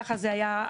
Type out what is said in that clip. ככה היה המכרז.